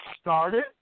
started